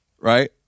right